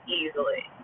easily